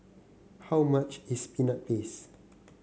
how much is Peanut Paste